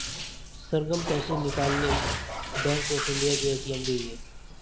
सरगम पैसे निकालने bank of India के ए.टी.एम गई है